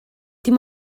dim